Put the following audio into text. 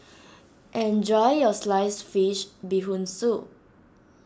enjoy your Sliced Fish Bee Hoon Soup